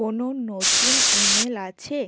কোনও নতুন ইমেল আছে